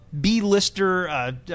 B-lister